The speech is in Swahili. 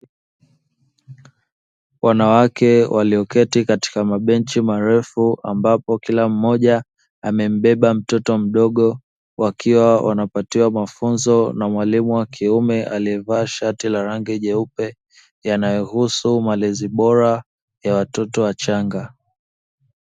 Wanawake walioketi katika mabenchi marefu ambapo kila mmoja amembeba mtoto mdogo wakiwa wanapatiwa mafunzo na mwalimu wa kiume aliyevaashati ya rangi jeupe, yanayohusu malezi bora ya watoto wachanga.